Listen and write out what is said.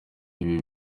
ibi